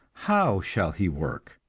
how shall he work?